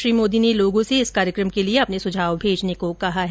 श्री मोदी ने लोगों से इस कार्यकम के लिए अपने सुझाव भेजने को कहा है